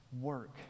work